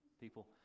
people